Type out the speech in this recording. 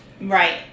Right